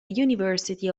university